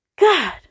God